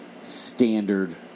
standard